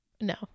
No